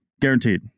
Guaranteed